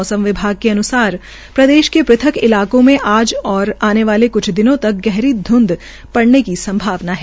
मौसम विभाग के अन्सार प्रदेश के पृथक इलाकों में आज और आने वाले कुछ दिनों तक गहरी ध्ंध पड़ने की संभावना है